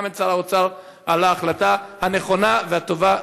את שר האוצר על ההחלטה הנכונה והטובה.